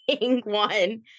one